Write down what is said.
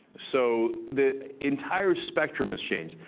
so the entire spectrum has changed.